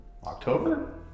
October